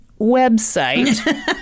website